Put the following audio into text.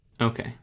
okay